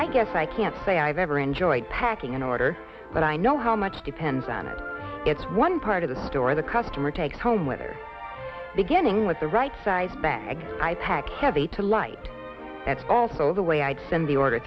i guess i can't say i've ever enjoyed packing an order but i know how much depends on it it's one part of the store the customer takes home with or beginning with the right size bag i pack heavy to light that's also the way i'd send the order